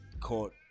caught